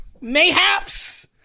mayhaps